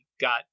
got